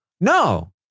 No